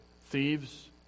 thieves